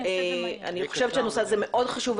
אני חושבת שהנושא הזה מאוד חשוב,